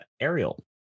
Ariel